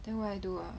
tomorrow I do what